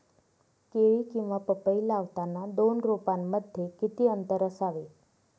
केळी किंवा पपई लावताना दोन रोपांमध्ये किती अंतर असावे?